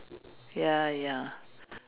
ya ya